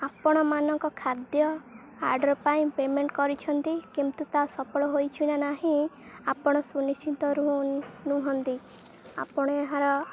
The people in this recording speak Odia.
ଆପଣମାନଙ୍କ ଖାଦ୍ୟ ଅର୍ଡ଼ର ପାଇଁ ପେମେଣ୍ଟ କରିଛନ୍ତି କିନ୍ତୁ ତା ସଫଳ ହୋଇଛି ନା ନାହିଁ ଆପଣ ସୁନିଶ୍ଚିନ୍ତ ନୁହଁନ୍ତି ଆପଣ ଏହାର